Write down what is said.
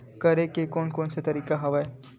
करे के कोन कोन से तरीका हवय?